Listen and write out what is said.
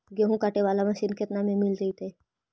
गेहूं काटे बाला मशीन केतना में मिल जइतै?